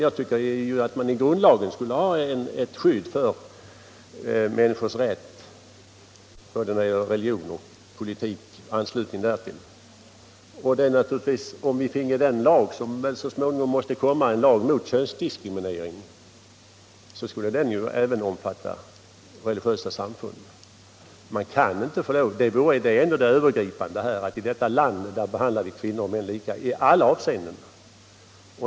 Jag tycker att vi i grundlagen skulle ha ett skydd för människors rätt när det gäller anslutningen till både religiösa och politiska organisationer. Om vi fick en lag mot könsdiskriminering —- som väl måste komma så småningom — skulle den även omfatta religiösa samfund. För det måste ju ändå vara det övergripande i detta sammanhang att vi här i landet behandlar kvinnor och män lika i alla avseenden.